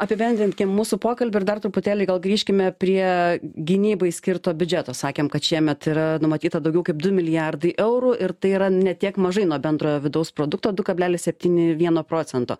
apibendrinkim mūsų pokalbį ir dar truputėlį gal grįžkime prie gynybai skirto biudžeto sakėm kad šiemet yra numatyta daugiau kaip du milijardai eurų ir tai yra ne tiek mažai nuo bendrojo vidaus produkto du kablelis septyni vieno procento